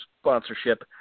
sponsorship